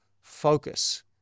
focus